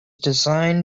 design